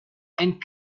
and